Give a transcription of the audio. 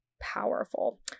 powerful